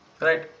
right